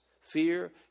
Fear